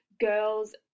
girls